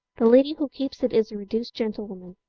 the lady who keeps it is a reduced gentlewoman,